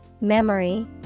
memory